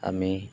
আমি